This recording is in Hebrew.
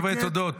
חבר'ה, תודות.